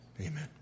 Amen